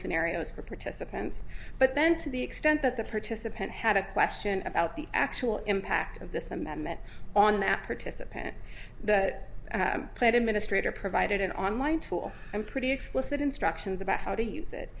scenarios for participants but then to the extent that the participant had a question about the actual impact of this amendment on that participant the plate administrator provided an online tool i'm pretty explicit instructions about how to use it